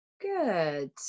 Good